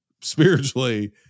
spiritually